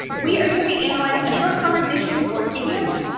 we are gonna be analyzing a short conversation for idioms,